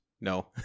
No